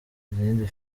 izindi